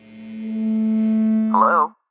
Hello